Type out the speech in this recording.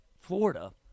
Florida